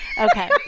Okay